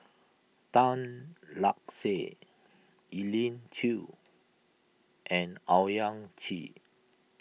Tan Lark Sye Elim Chew and Owyang Chi